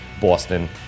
Boston